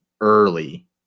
early